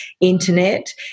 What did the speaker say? internet